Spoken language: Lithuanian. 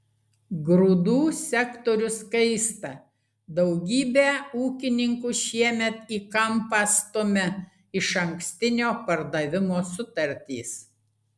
grūdų sektorius kaista daugybę ūkininkų šiemet į kampą stumia išankstinio pardavimo sutartys